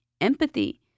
empathy